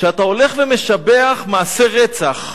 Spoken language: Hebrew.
כשאתה הולך ומשבח מעשי רצח,